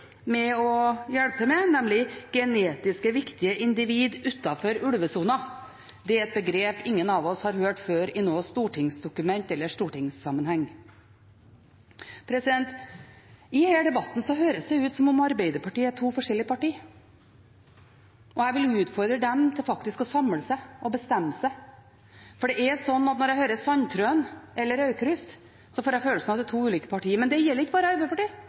å hjelpe til med, nemlig «genetisk viktige individer» utenfor ulvesonen. Det er et begrep ingen av oss har hørt før i noe stortingsdokument eller ellers i stortingssammenheng. I denne debatten høres det ut som om Arbeiderpartiet er to forskjellige parti. Jeg vil utfordre dem til å samle seg og bestemme seg, for når jeg hører henholdsvis Sandtrøen og Aukrust, får jeg følelsen av at det er to ulike parti. Men det gjelder ikke bare Arbeiderpartiet,